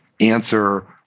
answer